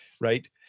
right